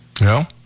No